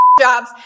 jobs